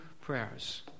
prayers